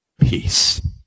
peace